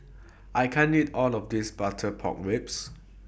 I can't eat All of This Butter Pork Ribs